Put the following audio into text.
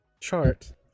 chart